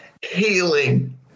Healing